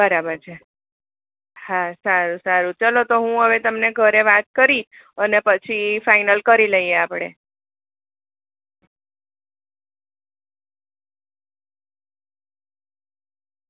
બરાબર છે હા સારું સારું ચલો તો હું હવે તમને ઘરે વાત કરી અને પછી ફાઈનલ કરી લઈએ આપણે